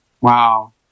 wow